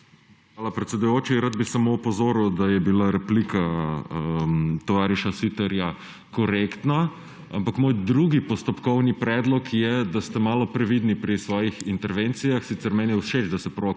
Hvala, predsedujoči. Rad bi samo opozoril, da je bila replika tovariša Siterja korektna. Moj drugi postopkovni predlog pa je, da ste malo previdni pri svojih intervencijah. Sicer je meni všeč, da se proaktivno